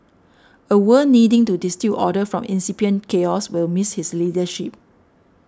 a world needing to distil order from incipient chaos will miss his leadership